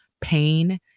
pain